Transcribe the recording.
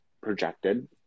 projected